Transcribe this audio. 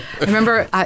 remember